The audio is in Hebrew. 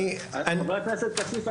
חבר הכנסת כסיף,